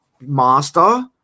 Master